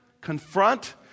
confront